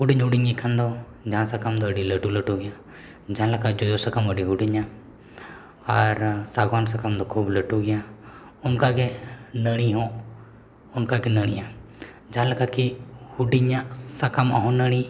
ᱦᱩᱰᱤᱧᱼᱦᱩᱰᱤᱧ ᱜᱮᱠᱷᱟᱱ ᱫᱚ ᱡᱟᱦᱟᱸ ᱥᱟᱠᱟᱢ ᱫᱚ ᱟᱹᱰᱤ ᱞᱟᱹᱴᱩᱼᱞᱟᱹᱴᱩ ᱜᱮᱭᱟ ᱡᱟᱦᱟᱸᱞᱮᱠᱟ ᱡᱚᱡᱚ ᱥᱟᱠᱟᱢ ᱟᱹᱰᱤ ᱦᱩᱰᱤᱧᱟ ᱟᱨ ᱥᱟᱜᱽᱣᱟᱱ ᱥᱟᱠᱟᱢ ᱫᱚ ᱠᱷᱩᱵ ᱞᱟᱹᱴᱩ ᱜᱮᱭᱟ ᱚᱱᱠᱟᱜᱮ ᱱᱟᱹᱲᱤ ᱦᱚᱸ ᱚᱱᱠᱟᱜᱮ ᱱᱟᱹᱲᱤᱜᱼᱟ ᱡᱟᱦᱟᱸ ᱞᱮᱠᱟ ᱠᱤ ᱦᱩᱰᱤᱧᱟᱜ ᱥᱟᱠᱟᱢ ᱦᱚᱸ ᱱᱟᱹᱲᱤ